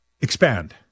expand